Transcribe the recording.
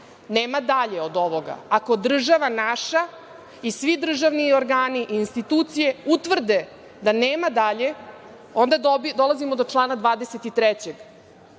nema dalje od ovoga. Ako država naša i svi državni organi i institucije utvrde da nema dalje, onda dolazimo do člana 23.